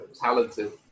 talented